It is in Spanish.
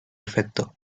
efecto